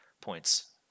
points